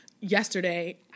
yesterday